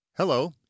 Hello